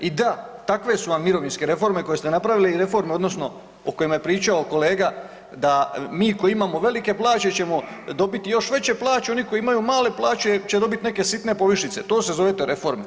I da, takve su vam mirovinske reforme koje ste napravili i reforme odnosno o kojima je pričao kolega da mi koji imamo velike plaće ćemo dobiti još veće plaće, oni koji imaju male plaće će dobiti neke sitne povišice, to zovete reforma?